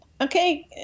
Okay